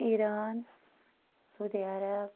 Iran Saudi Arab